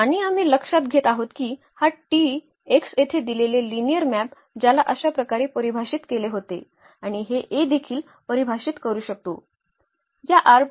आणि आम्ही लक्षात घेत आहोत की हा T x येथे दिलेले लिनिअर मॅप ज्याला अशा प्रकारे परिभाषित केले होते आणि हे A देखील परिभाषित करू शकतो